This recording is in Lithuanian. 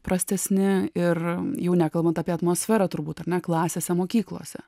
prastesni ir jau nekalbant apie atmosferą turbūt ar ne klasėse mokyklose